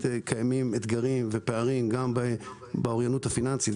קיימים אתגרים ופערים גם באוריינות הפיננסית,